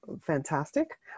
Fantastic